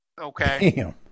Okay